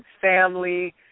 family